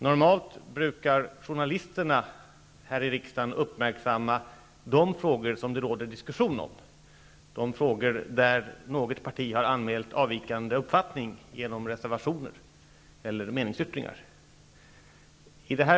Normalt sett brukar journalisterna här i riksdagen uppmärksamma de frågor som det råder diskussion om och där något parti har avgivit en avvikande uppfattning genom reservationer eller meningsyttringar.